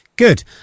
Good